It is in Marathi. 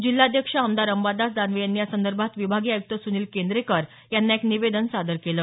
जिल्हाध्यक्ष आमदार अंबादास दानवे यांनी यासंदर्भात विभागीय आयुक्त सुनील केंद्रेकर यांना एक निवेदन सादर केलं